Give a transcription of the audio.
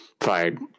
Fired